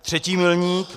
Třetí milník.